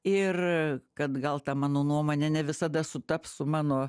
ir kad gal ta mano nuomonė ne visada sutaps su mano